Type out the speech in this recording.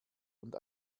und